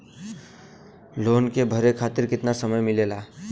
Loan के भरे खातिर कितना समय मिलेला?